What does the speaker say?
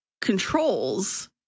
controls